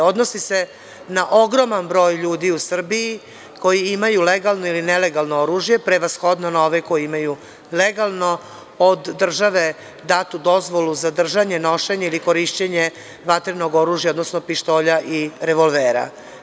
Odnosi se na ogroman broj ljudi u Srbiji koji imaju legalno ili nelegalno oružje, prevashodno na ove koji imaju legalno od države datu dozvolu za držanje, nošenje ili korišćenje vatrenog oružja, odnosno pištolja i revolvera.